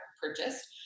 purchased